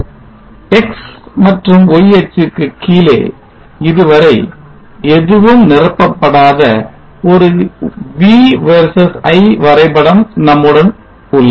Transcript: x மற்றும் y அச்சுக்கு கீழே இதுவரை எதுவும் நிரப்பப்படாத ஒரு V versus I வரைபடம் நம்முடன் உள்ளது